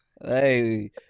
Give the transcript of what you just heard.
Hey